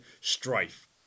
strife